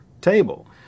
table